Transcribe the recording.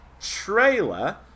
trailer